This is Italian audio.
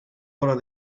ora